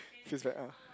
she's back ah